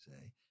say